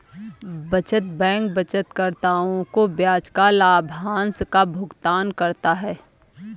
बचत बैंक बचतकर्ताओं को ब्याज या लाभांश का भुगतान करता है